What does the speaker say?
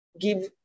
give